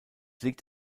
liegt